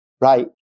right